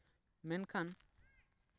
ᱢᱮᱱᱠᱷᱟᱱ